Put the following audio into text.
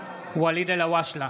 (קורא בשמות חברי הכנסת) ואליד אלהואשלה,